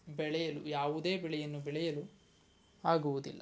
ಬೆಳೆಯಲು ಯಾವುದೇ ಬೆಳೆಯನ್ನು ಬೆಳೆಯಲು ಆಗುವುದಿಲ್ಲ